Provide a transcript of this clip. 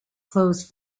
closed